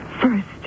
First